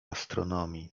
astronomii